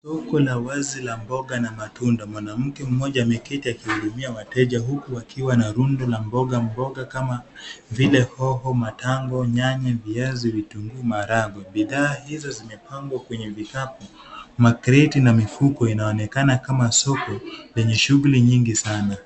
Soko la wazi la mboga na matunda. Mwanamke mmoja ameketi akihudumia wateja huku akiwa na rundo la mboga. Mboga kama vile hoho, matango, nyanya, viazi, vitunguu, maharagwe. Bidhaa hizo zimepangwa kwenye vikapu, makreti na mifuko. Inaonekana kama soko lenye shughuli nyingi sana.